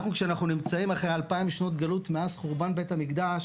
אנחנו כשאנחנו נמצאים אחרי 2000 שנות גלות מאז חורבן בית המקדש,